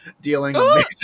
Dealing